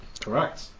correct